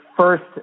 first